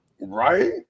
Right